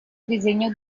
disegno